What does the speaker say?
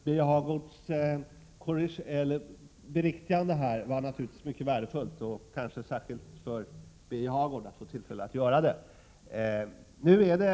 Herr talman! Birger Hagårds beriktigande här var naturligtvis mycket värdefullt — kanske särskilt för Birger Hagård att få tillfälle att göra det.